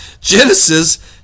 Genesis